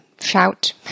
shout